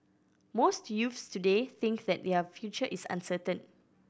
most youths today think that their future is uncertain